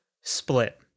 split